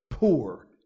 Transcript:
Poor